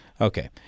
Okay